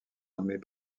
nommés